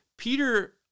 Peter